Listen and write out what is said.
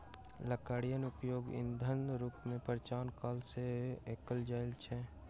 लकड़ीक उपयोग ईंधनक रूप मे प्राचीन काल सॅ कएल जाइत अछि